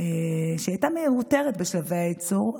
שהייתה מיותרת בשלבי הייצור,